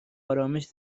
آرامش